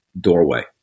doorway